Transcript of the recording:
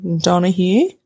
Donahue